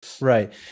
right